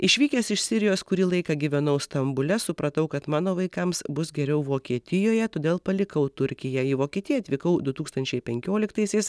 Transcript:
išvykęs iš sirijos kurį laiką gyvenau stambule supratau kad mano vaikams bus geriau vokietijoje todėl palikau turkiją į vokietiją atvykau du tūkstančiai penkioliktaisiais